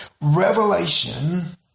revelation